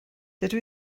dydw